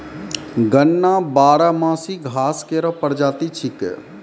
गन्ना बारहमासी घास केरो प्रजाति छिकै